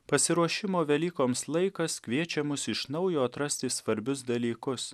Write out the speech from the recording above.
pasiruošimo velykoms laikas kviečia mus iš naujo atrasti svarbius dalykus